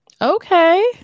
Okay